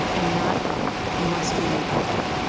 and that must be made public.